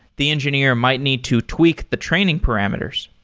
the engineer might need to tweak the training parameters.